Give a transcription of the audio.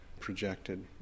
projected